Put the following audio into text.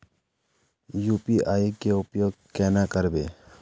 UPI के उपयोग केना करबे?